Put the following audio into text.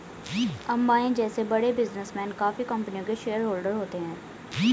अंबानी जैसे बड़े बिजनेसमैन काफी कंपनियों के शेयरहोलडर होते हैं